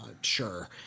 Sure